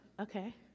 Okay